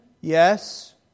yes